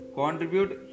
contribute